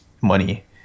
money